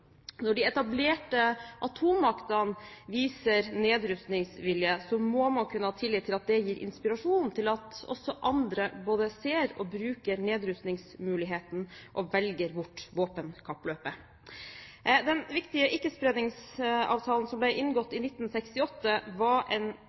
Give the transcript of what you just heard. Når de etablerte atommaktene viser nedrustningsvilje, må man kunne ha tillit til at det gir inspirasjon til at også andre både ser og bruker nedrustningsmuligheten og velger bort våpenkappløpet. Den viktige Ikke-spredningsavtalen, som ble inngått